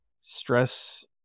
stress